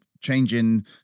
changing